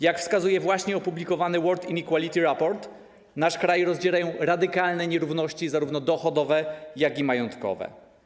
Jak wskazuje właśnie opublikowany World Inequality Report, nasz kraj rozdzierają radykalne nierówności, zarówno dochodowe, jak i majątkowe.